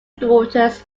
daughters